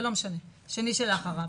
שני שלאחריו.